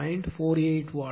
48 what